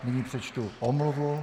Nyní přečtu omluvu.